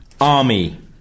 Army